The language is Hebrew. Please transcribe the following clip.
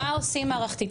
אז מה עושים מבחינה מערכתית?